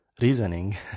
reasoning